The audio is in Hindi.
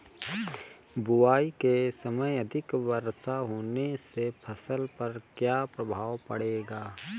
बुआई के समय अधिक वर्षा होने से फसल पर क्या क्या प्रभाव पड़ेगा?